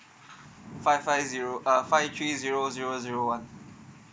five five zero uh five three zero zero zero one